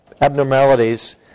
abnormalities